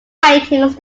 paintings